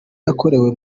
yakorewe